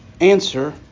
answer